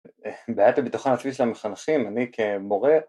בעיית הביטחון העצמי של המחנכים, אני כמורה